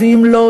ואם לא,